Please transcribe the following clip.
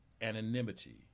anonymity